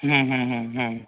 হুম হুম হুম হুম